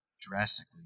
Drastically